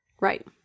Right